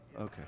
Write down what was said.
okay